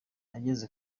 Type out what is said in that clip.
ageze